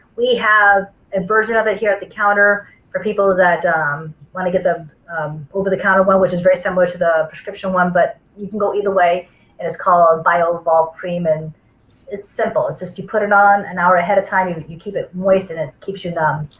we have a version of it here at the counter for people that want to get them over the counter one which is very similar to the prescription one but you can go either way, and it's called a biovault cream, and it's simple. it's just you put it on an hour ahead of time you you keep it moist and it keeps you numb.